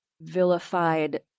vilified